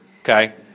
Okay